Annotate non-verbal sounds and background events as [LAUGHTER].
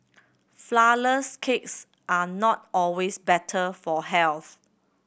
[UNINTELLIGIBLE] cakes are not always better for health